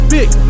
Big